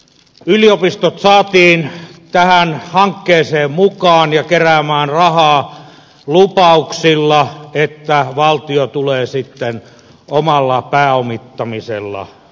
yliopistot saatiin tähän hankkeeseen mukaan ja keräämään rahaa lupauksilla että valtio tulee sitten omalla pääomittamisella mukaan